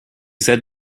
said